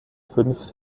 fünf